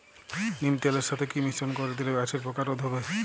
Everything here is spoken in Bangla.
নিম তেলের সাথে কি মিশ্রণ করে দিলে গাছের পোকা রোধ হবে?